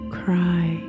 cry